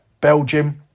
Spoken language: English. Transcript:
Belgium